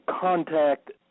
contact